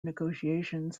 negotiations